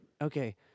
Okay